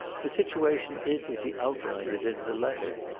the situation is as he outlined it in the letter.